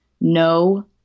No